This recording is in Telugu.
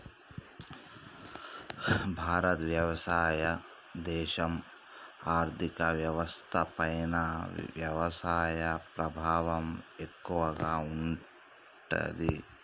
భారత్ వ్యవసాయ దేశం, ఆర్థిక వ్యవస్థ పైన వ్యవసాయ ప్రభావం ఎక్కువగా ఉంటది